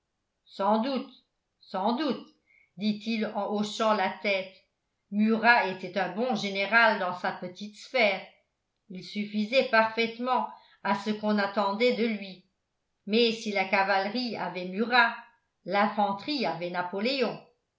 sans doute sans doute dit-il en hochant la tête murat était un bon général dans sa petite sphère il suffisait parfaitement à ce qu'on attendait de lui mais si la cavalerie avait murat l'infanterie avait napoléon